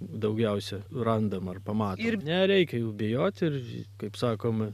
daugiausia randam ar pamatom ir nereikia jų bijoti ir kaip sakoma